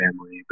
family